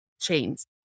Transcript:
chains